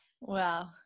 Wow